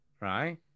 right